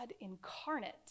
incarnate